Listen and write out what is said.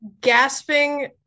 gasping